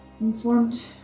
informed